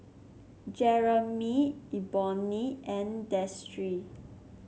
Jeramy Eboni and Destry